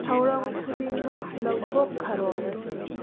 ꯊꯧꯔꯝ ꯈꯨꯗꯤꯡꯃꯛ ꯂꯧꯊꯣꯛꯈꯔꯣ